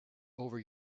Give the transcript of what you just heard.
over